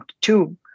two